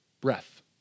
breath